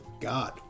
God